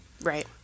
Right